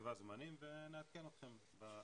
נקבע זמנים ונעדכן אתכם.